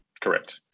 Correct